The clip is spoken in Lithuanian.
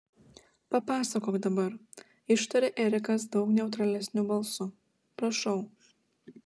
papasakok dabar ištarė erikas daug neutralesniu balsu prašau